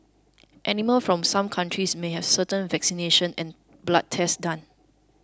animals from some countries may have certain vaccinations and blood tests done